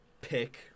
pick